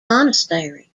monastery